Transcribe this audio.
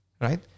right